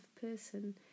person